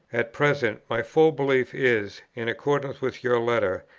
at present, my full belief is, in accordance with your letter,